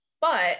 But-